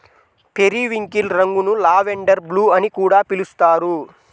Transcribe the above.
periwinkle రంగును lavender blue అని కూడా పిలుస్తారు